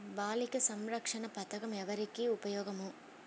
బాలిక సంరక్షణ పథకం ఎవరికి ఉపయోగము?